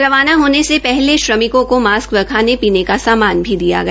रवाना हाज़े से पहले श्रमिकों का मास्क व खाने पीने का सामान भी दिया गया